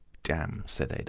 damn! said adye.